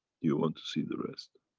you want to see the rest?